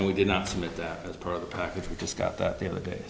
and we did not submit that as part of the package we just got that the other